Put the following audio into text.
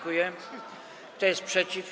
Kto jest przeciw?